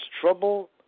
trouble